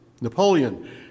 Napoleon